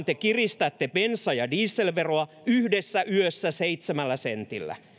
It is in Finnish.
te kiristätte bensa ja dieselveroa yhdessä yössä seitsemällä sentillä